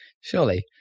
Surely